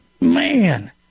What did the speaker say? man